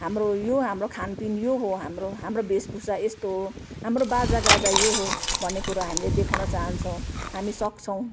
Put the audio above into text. हाम्रो यो हाम्रो खानपिन यो हो हाम्रो हाम्रो भेषभूषा यस्तो हो हाम्रो बाजागाजा यो हो भन्ने कुरो हामीले देखाउन चाहन्छौँ हामी सक्छौँ